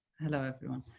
hello, everyone!